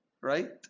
right